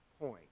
point